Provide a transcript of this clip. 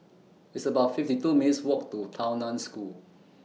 It's about fifty two minutes' Walk to Tao NAN School